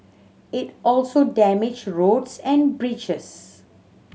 it also damaged roads and bridges